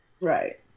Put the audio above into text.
Right